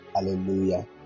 Hallelujah